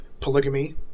polygamy